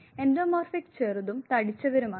endomorphic ചെറുതും തടിച്ചവരുമാണ്